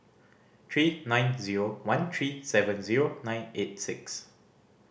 three nine zero one three seven zero nine eight six